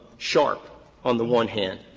sharpe on the one hand,